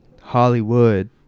hollywood